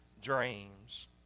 dreams